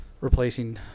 Replacing